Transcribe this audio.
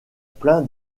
plein